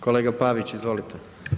Kolega Pavić izvolite.